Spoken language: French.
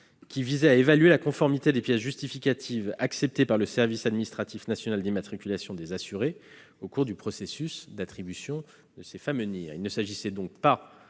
qui visait à évaluer la conformité des pièces justificatives acceptées par le service administratif national d'immatriculation des assurés au cours du processus d'attribution de ces fameux NIR. Il ne s'agissait donc pas